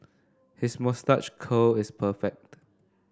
his moustache curl is perfect